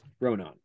Ronan